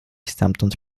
stamtąd